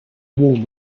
warm